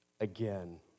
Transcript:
again